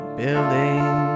building